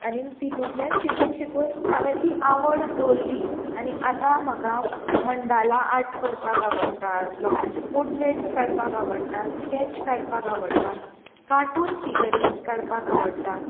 आनीक तितूतल्यान शिकून शिकून हांवें ती आवड दवरली आनी आतां म्हाका मंडाला आर्ट करपाक आवडटा लोकांचे पोट्रेट्स काडपाक आवडटा स्केच काडपाक आवडटा कार्टून फिगरिंग्स काडपाक आवडटा